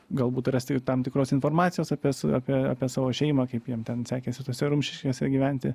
galbūt rasti tam tikros informacijos apie s apie apie savo šeimą kaip jiem ten sekėsi tose rumšiškėse gyventi